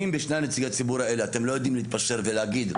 אם בשני נציגי הציבור האלה אתם לא יודעים להתפשר ולהגיד,